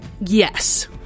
Yes